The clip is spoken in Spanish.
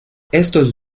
estos